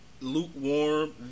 lukewarm